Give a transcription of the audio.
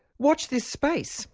watch this space